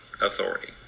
authority